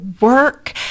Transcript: work